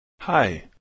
Hi